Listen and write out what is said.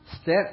step